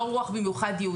ברובם.